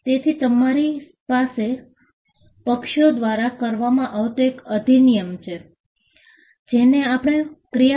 તેથી તમારી પાસે પક્ષો દ્વારા કરવામાં આવતો એક અધિનિયમ છે જેને આપણે ક્રિયાપ્રતિક્રિયા તરીકે ઓળખીએ છીએ